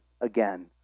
again